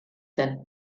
zen